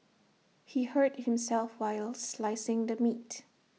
he hurt himself while slicing the meat